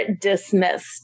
dismissed